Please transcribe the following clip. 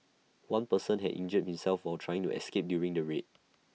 one person had injured himself for trying to escape during the raid